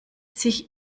sich